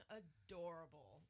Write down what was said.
adorable